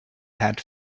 had